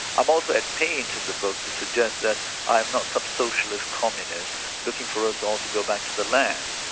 i'm also at pains in the book to suggest that i'm not some socialist communist looking for us all to go back to the land.